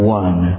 one